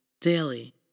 daily